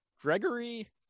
Gregory